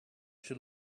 she